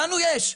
לנו יש.